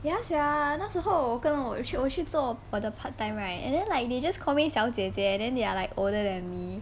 ya sia 那时候跟我去我去做我的 part time right and then like they just call me 小姐姐 and then they're like older than me